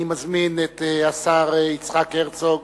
אני מזמין את השר יצחק הרצוג,